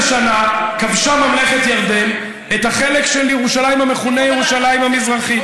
19 שנה כבשה ממלכת ירדן את החלק של ירושלים המכונה ירושלים המזרחית,